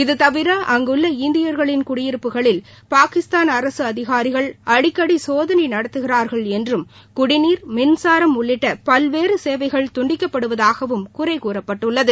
இதுதவிர அங்குள்ள இந்தியர்களின் குடியிருப்புகளில் பாகிஸ்தான் அரசு அதிகாரிகள் அடிக்கடி சோதனை நடத்துகிறார்கள் என்றும் குடிநீர் மின்சாரம் உள்ளிட்ட பல்வேறு சேவைகள் துண்டிக்கப்படுவதாகவும் குறை கூறப்பட்டுள்ளது